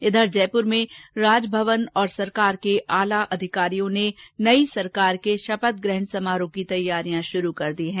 उधर जयपूर में राजभवन और सरकार के आला अधिकारियों ने नई सरकार के शपथग्रहण समारोह की तैयॉरियां शुरू कर दी हैं